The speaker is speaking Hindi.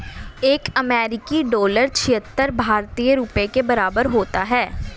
एक अमेरिकी डॉलर छिहत्तर भारतीय रुपये के बराबर होता है